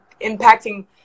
impacting